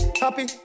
happy